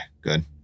Good